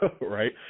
right